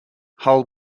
hull